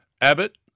Abbott